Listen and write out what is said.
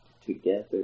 together